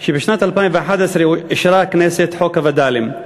שבשנת 2011 אישרה הכנסת את חוק הווד"לים.